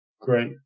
Great